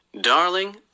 Darling